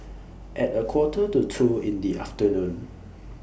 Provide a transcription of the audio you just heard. At A Quarter to two in The afternoon